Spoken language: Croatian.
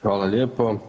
Hvala lijepo.